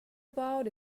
about